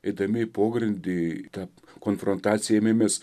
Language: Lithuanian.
eidami į pogrindį į tą konfrontaciją ėmėmės